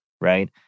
Right